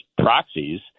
proxies